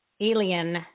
alien